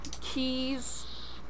keys